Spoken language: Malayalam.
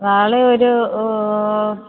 നാളെ ഒരു